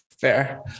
Fair